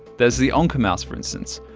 there's the oncamouse, for instance,